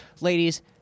Ladies